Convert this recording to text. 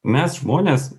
mes žmonės